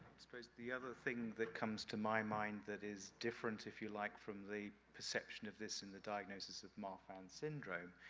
the other thing that comes to my mind that is different, if you like, from the perception of this and the diagnosis of marfan syndrome,